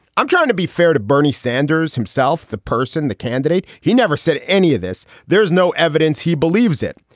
i'm trying to be fair to bernie sanders himself. the person, the candidate. he never said any of this. there is no evidence he believes it.